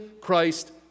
Christ